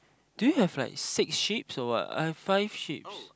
do you have six sheep's or what I have five sheep's